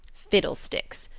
fiddlesticks!